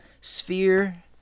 sphere